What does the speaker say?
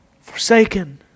forsaken